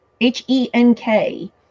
H-E-N-K